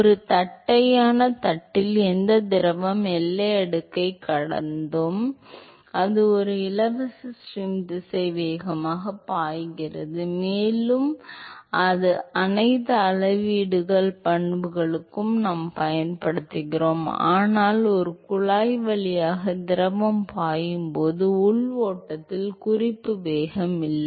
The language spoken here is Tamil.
ஒரு தட்டையான தட்டில் எந்த திரவம் எல்லை அடுக்கைக் கடந்தும் அது ஒரு இலவச ஸ்ட்ரீம் திசைவேகமாக பாய்கிறது மேலும் அதை அனைத்து அளவிடுதல் பண்புகளுக்கும் நாங்கள் பயன்படுத்துகிறோம் ஆனால் ஒரு குழாய் வழியாக திரவம் பாயும் போது உள் ஓட்டத்தில் குறிப்பு வேகம் இல்லை